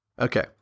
Okay